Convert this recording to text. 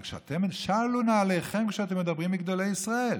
אבל שלו את נעליכם כשאתם מדברים על גדולי ישראל.